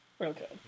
Okay